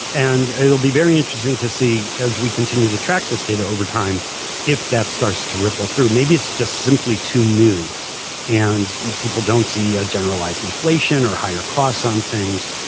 and it will be very interesting to see as we continue to track this data over time if that starts to ripple through. maybe it's just simply too new and people don't see ah generalized inflation or higher costs on things.